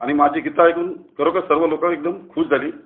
आणि माझी गीतं ऐकून खरोखर सर्व लोक एकदम खुश झाले